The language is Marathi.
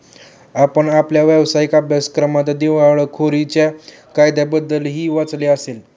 आपण आपल्या व्यावसायिक अभ्यासक्रमात दिवाळखोरीच्या कायद्याबद्दलही वाचले असेल